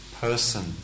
person